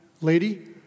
Lady